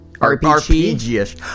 RPG-ish